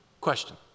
Question